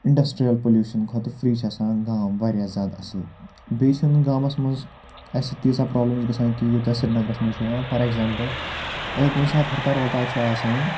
industrial pollution کھۄتہٕ free چھِ آسان گام واریاہ زیادٕ اَصٕل بیٚیہِ چھِنہٕ گامَس مَنٛز اَسہِ تیٖژاہ پرٛابلِمٕز گژھان کہِ یوٗتاہ سریٖنَگرَس منٛز چھِ یِوان فار ایٚکزامپٕل اگر کُنہِ ساتہٕ ہرتال ورتا چھِ آسان